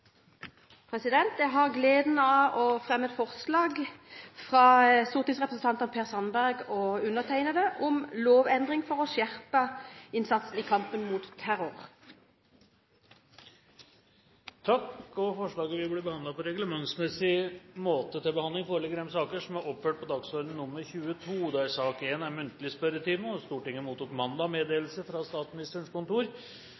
representantforslag. Jeg har gleden av å fremme et forslag fra representanten Per Sandberg og undertegnede om lovendring for å skjerpe innsatsen i kampen mot terror. Forslaget vil bli behandlet på reglementsmessig måte. Stortinget mottok mandag